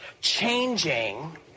changing